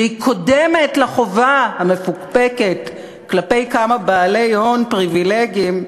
והיא קודמת לחובה המפוקפקת כלפי כמה בעלי הון פריבילגיים,